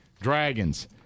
Dragons